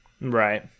Right